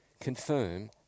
confirm